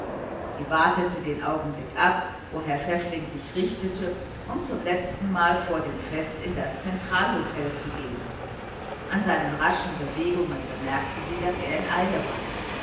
sie wartete den augenblick ab wo herr pfäffling sich richtete um zum letztenmal vor dem fest in das zentralhotel zu gehen an seinen raschen bewegungen bemerkte sie daß er in eile war